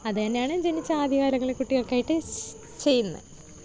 അതുതന്നെയാണ് ജനിച്ച ആദ്യകാലങ്ങളിൽ കുട്ടികൾക്കായിട്ട് ചെയ്യുന്നത്